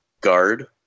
guard